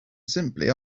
simply